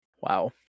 Wow